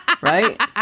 Right